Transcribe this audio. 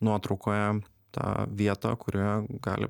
nuotraukoje tą vietą kurioje gali